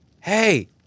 hey